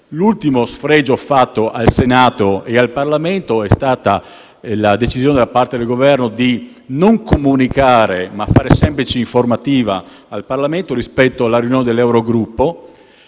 L'ultimo sfregio fatto al Senato e al Parlamento è stata la decisione, da parte del Governo, di non comunicare, ma di fare una semplice informativa al Parlamento rispetto alla riunione dell'Eurogruppo;